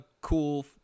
cool